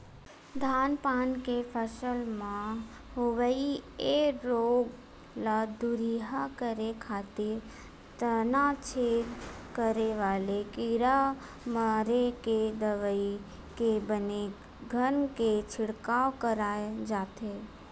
धान पान के फसल म होवई ये रोग ल दूरिहा करे खातिर तनाछेद करे वाले कीरा मारे के दवई के बने घन के छिड़काव कराय जाथे